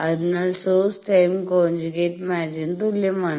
അതിനാൽ source time conjugate മാച്ചിങ്ന് തുല്യമാണ്